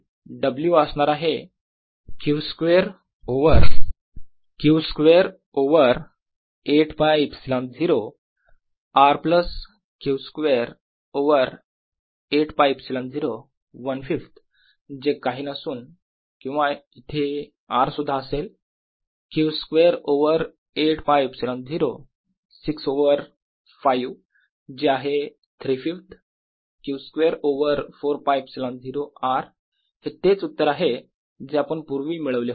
तर total energy W असणार आहे Q square over 8 ㄫ ε0 R plus Q square over 8 ㄫ ε0 - 1 5थ जे काही नसून किंवा इथे R सुद्धा असेल Q स्क्वेअर ओवर 8 ㄫ ε0 - 6 ओवर 5 जे आहे 3 5थ Q स्क्वेअर ओवर 4ㄫε0 R हे तेच उत्तर आहे जे आपण पूर्वी मिळवले होते